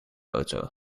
auto